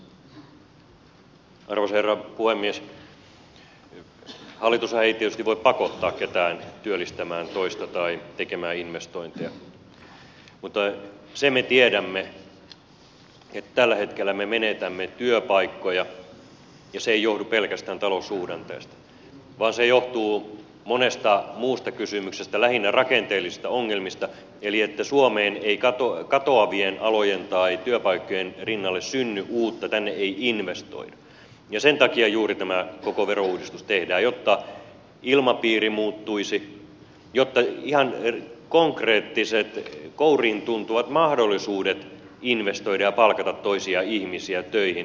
hallitushan ei tietysti voi pakottaa ketään työllistämään toista tai tekemään investointeja mutta sen me tiedämme että tällä hetkellä me menetämme työpaikkoja ja se ei johdu pelkästään taloussuhdanteista vaan se johtuu monesta muusta kysymyksestä lähinnä rakenteellisista ongelmista eli että suomeen ei katoavien alojen tai työpaikkojen rinnalle synny uutta tänne ei investoida ja sen takia juuri tämä koko verouudistus tehdään jotta ilmapiiri muuttuisi jotta ihan konkreettiset kouriintuntuvat mahdollisuudet investoida ja palkata toisia ihmisiä töihin paranisivat